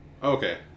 Okay